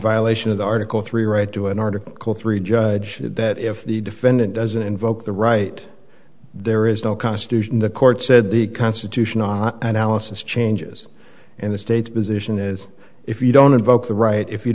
violation of article three right to an article three judge said that if the defendant doesn't invoke the right there is no constitution the court said the constitution analysis changes and the state's position is if you don't invoke the right if you